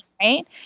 right